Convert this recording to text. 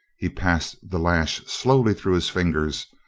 he passed the lash slowly through his fingers,